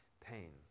pain